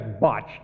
botched